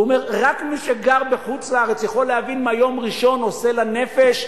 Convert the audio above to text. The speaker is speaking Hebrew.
הוא אומר: רק מי שגר בחו"ל יכול להבין מה יום ראשון עושה לנפש,